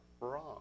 wrong